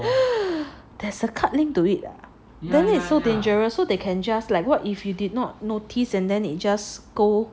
there's a card linked to it ah then it is so dangerous so they can just like what if you did not notice and then it just go